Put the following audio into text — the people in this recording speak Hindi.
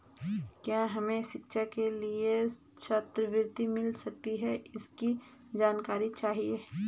क्या हमें शिक्षा के लिए छात्रवृत्ति मिल सकती है इसकी जानकारी चाहिए?